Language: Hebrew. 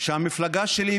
שהמפלגה שלי,